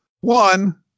One